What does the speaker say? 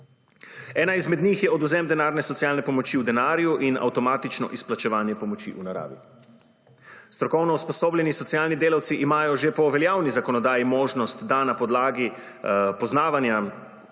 Ena izmed njih je odvzem denarne socialne pomoči v denarju in avtomatično izplačevanje pomoči v naravi. Strokovno usposobljeni socialni delavci imajo že po veljavni zakonodaji možnost, da na podlagi poznavanja